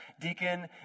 deacon